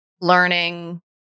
learning